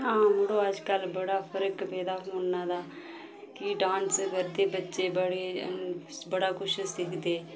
हां मड़ो अज्जकल बड़ा फर्क पेदा फोना दा कि डान्स करदे बच्चे बड़े बड़ा कुछ सिखदे